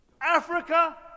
Africa